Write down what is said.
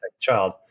child